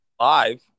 live